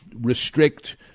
restrict